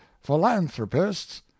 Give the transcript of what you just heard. philanthropists